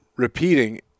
repeating